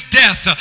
death